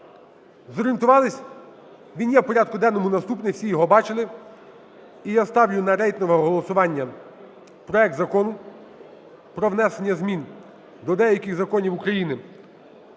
Зорієнтувались? Він є у порядку денному наступний, всі його бачили. І я ставлю на рейтингове голосування проект Закону про внесення змін до деяких законів України